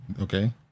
okay